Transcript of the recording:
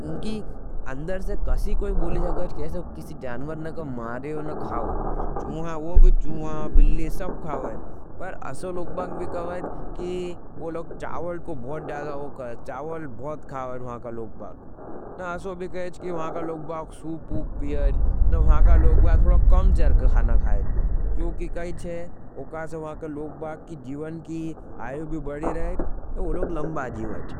उनकी अंदर से कसी कोई बोली सकेज कि ऐसा किसी जानवर नहीं को मारेओ न खाओ। चूहा वो भी चूहा, बिल्ली पड़ी तुमकुन, पाश शुरू को खाओ जेल, पर वो खाओ। असो लौगबाग बी कहेज, की वो लोग चावल को भूत द्यादा हो खेज, चावल बहुत खाओ ज, वहां का लोगबाग। न असो भी कहेज, कि वहां का लोगबाग लोगबाग की जीवन की आयो भी बड़ी रहे हज और वो लोग लंबा जीवन हज।